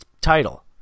title